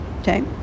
Okay